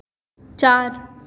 चार